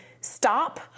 stop